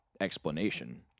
explanation